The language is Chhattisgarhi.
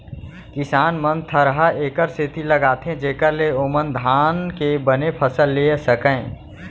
किसान मन थरहा एकर सेती लगाथें जेकर ले ओमन धान के बने फसल लेय सकयँ